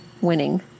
winning